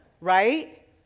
right